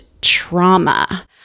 trauma